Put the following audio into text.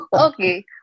Okay